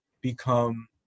become